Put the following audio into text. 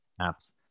apps